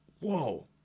Whoa